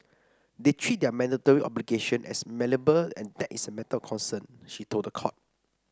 they treat their mandatory obligation as malleable and that is a matter of concern she told the court